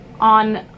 on